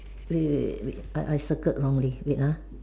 wait wait wait wait I circled wrongly wait ah